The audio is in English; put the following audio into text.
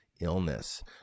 illness